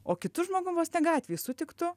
o kitu žmogum vos ne gatvėj sutiktu